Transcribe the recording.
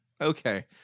Okay